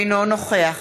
אינו נוכח